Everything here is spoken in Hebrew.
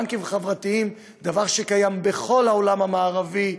בנק חברתיים זה דבר שקיים בכל העולם המערבי.